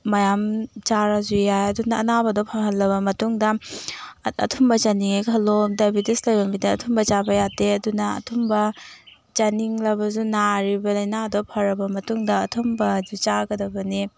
ꯃꯌꯥꯝ ꯆꯥꯔꯁꯨ ꯌꯥꯏ ꯑꯗꯨꯅ ꯑꯅꯥꯕꯗꯣ ꯐꯍꯟꯂꯕ ꯃꯇꯨꯡꯗ ꯑꯊꯨꯝꯕ ꯆꯥꯅꯤꯡꯉꯦ ꯈꯟꯂꯣ ꯗꯥꯏꯕꯦꯇꯤꯁ ꯂꯩꯕ ꯃꯤꯗ ꯑꯊꯨꯝꯕ ꯆꯥꯕ ꯌꯥꯗꯦ ꯑꯗꯨꯅ ꯑꯊꯨꯝꯕ ꯆꯥꯅꯤꯡꯂꯕꯁꯨ ꯅꯥꯔꯤꯕ ꯂꯥꯏꯅꯥꯗꯣ ꯐꯔꯕ ꯃꯇꯨꯡꯗ ꯑꯊꯨꯝꯕꯁꯨ ꯆꯥꯒꯗꯕꯅꯤ